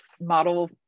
model